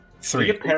Three